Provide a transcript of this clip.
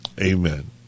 Amen